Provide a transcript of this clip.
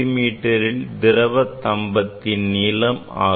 meal திரவத்தம்பம் நீளம் ஆகும்